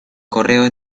correo